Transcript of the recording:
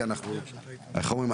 איך אומרים,